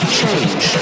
change